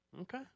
Okay